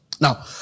Now